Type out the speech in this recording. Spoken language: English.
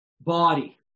body